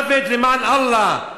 מוות למען אללה.